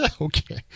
Okay